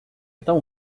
tão